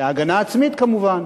להגנה עצמית כמובן.